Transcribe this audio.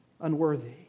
unworthy